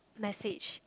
message